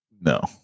No